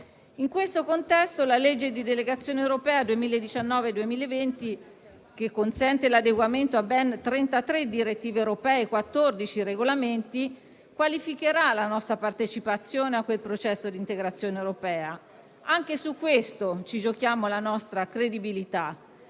In questo contesto, la legge di delegazione europea 2019-2020, che consente l'adeguamento a ben 33 direttive europee e 14 regolamenti, qualificherà la nostra partecipazione a quel processo d'integrazione europea. Anche su questo ci giochiamo la nostra credibilità,